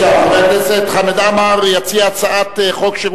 אני קובע שהצעת חוק טיפול בחולי נפש (תיקון,